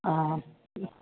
ആ